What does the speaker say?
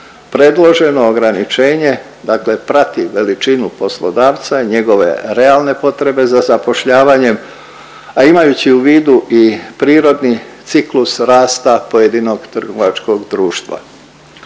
Predloženo ograničenje prati veličinu poslodavca i njegove realne potrebe za zapošljavanjem, a imajući u vidu i prirodni ciklus rasta pojedinog trgovačkog društva.